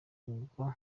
ubwo